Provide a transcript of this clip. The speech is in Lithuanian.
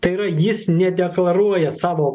tai yra jis nedeklaruoja savo